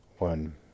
One